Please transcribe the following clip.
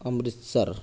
Amritsar